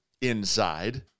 inside